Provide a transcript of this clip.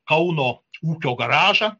kauno ūkio garažą